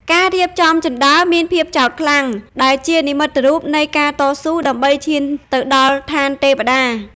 ការរៀបចំជណ្តើរមានភាពចោទខ្លាំង ដែលជានិមិត្តរូបនៃការតស៊ូដើម្បីឈានទៅដល់ឋានទេវតា។